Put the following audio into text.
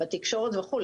בתקשורת וכו'.